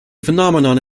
phenomenon